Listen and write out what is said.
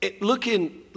looking